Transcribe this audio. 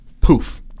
poof